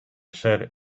ser